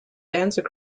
danced